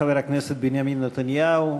חבר הכנסת בנימין נתניהו,